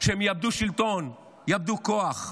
שהם יאבדו שלטון, יאבדו כוח.